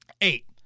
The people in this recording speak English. Eight